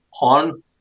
on